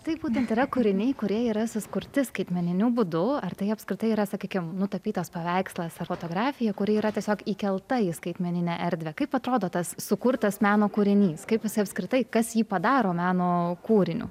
taip būtent yra kūriniai kurie yra sukurti skaitmeniniu būdu ar tai apskritai yra sakykim nutapytas paveikslas ar fotografija kuri yra tiesiog įkelta į skaitmeninę erdvę kaip atrodo tas sukurtas meno kūrinys kaip apskritai kas jį padaro meno kūriniu